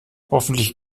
hoffentlich